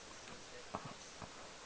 (uh huh)